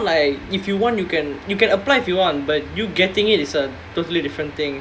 it it they they pick it for you it's not like if you want you can you can apply if you want but you getting it is a totally different thing